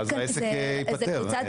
ואז העסק ייפתר.